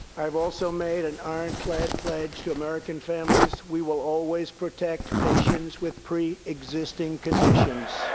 i've also made an ironclad pledge to american families we will always protect patients with pre-existing conditions.